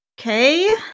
okay